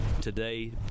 today